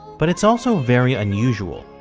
but it's also very unusual,